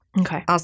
Okay